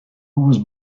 was